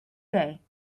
day